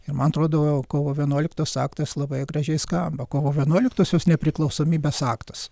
ir man atrodo kovo vienuoliktos aktas labai gražiai skamba kovo vienuoliktosios nepriklausomybės aktas